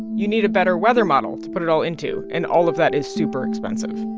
you need a better weather model to put it all into. and all of that is super expensive